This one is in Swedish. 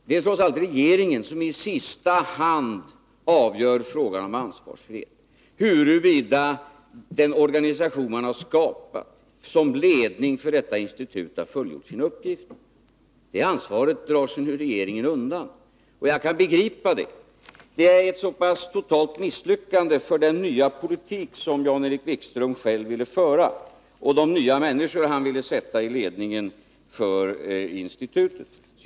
Fru talman! Det är trots allt regeringen som i sista hand avgör frågan om ansvarsfrihet, huruvida den organisation man har skapat som ledning för detta institut har fullgjort sin uppgift. Det ansvaret drar sig regeringen nu undan. Jag kan begripa det. Det har nämligen blivit ett så pass totalt misslyckande för den nya politik som Jan-Erik Wikström själv ville föra och de nya människor som han ville sätta i ledningen för institutet.